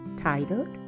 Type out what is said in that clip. titled